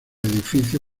edificio